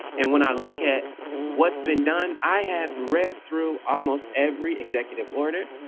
and when i look at what's been done, i have read through almost every executive order.